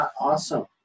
awesome